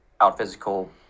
out-physical